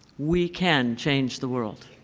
we can change the world.